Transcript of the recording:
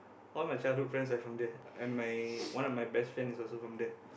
all my childhood friends are from there and my one of my best friends is also from there